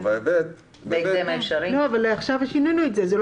עכשיו שינינו את זה גם ב-(ב),